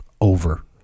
Over